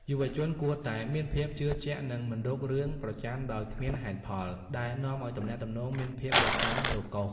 យុវជនគួរតែ "មានភាពជឿជាក់ និងមិនរករឿងប្រចណ្ឌដោយគ្មានហេតុផល" ដែលនាំឱ្យទំនាក់ទំនងមានភាពរកាំរកូស។